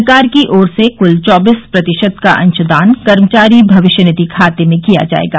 सरकार की ओर से कुल चौबीस प्रतिशत का अंशदान कर्मचारी भविष्य निधि खाते में किया जाएगा